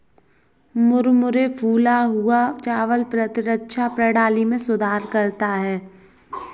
मुरमुरे फूला हुआ चावल प्रतिरक्षा प्रणाली में सुधार करता है